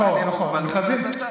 נכון,